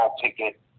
ticket